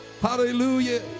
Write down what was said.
Hallelujah